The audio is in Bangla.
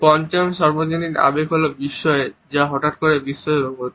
পঞ্চম সর্বজনীন আবেগ হল বিস্ময়ের যা হঠাৎ করে বিস্ময়ের অনুভূতি